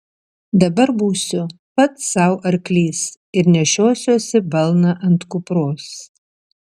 dabar būsiu pats sau arklys ir nešiosiuosi balną ant kupros